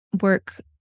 work